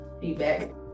feedback